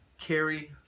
Carrie